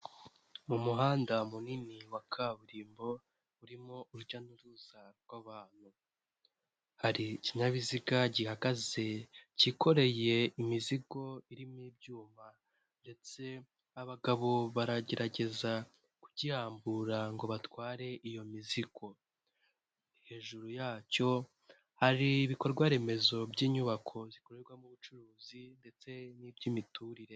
Mu muhanda munini wa kaburimbo urimo urujya n'uruza rw'abantu hari ikinyabiziga gihagaze cyikoreye imizigo irimo ibyuma ndetse abagabo baragerageza kugiyambura ngo batware iyo mizigo hejuru yacyo hari ibikorwa remezo by'inyubako zikorerwamo ubucuruzi ndetse n'iby'imiturire.